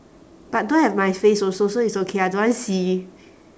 but don't have my face also so it's okay I don't want see